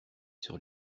sur